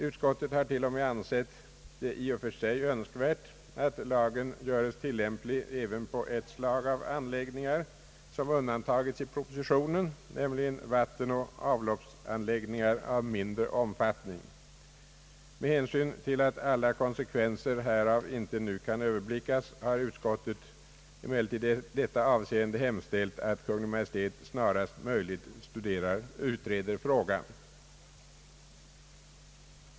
Utskottet har till och med ansett det i och för sig önskvärt att lagen göres tilllämplig även på ett slag av anläggningar, som undantagits i propositionen, nämligen vattenoch avloppsanläggningar av mindre omfattning. Med hänsyn till att alla konsekvenser härav ännu inte kan överblickas har utskottet emellertid i detta avseende hemställt att Kungl. Maj:t snarast möjligt studerar utredningen i fråga.